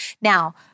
Now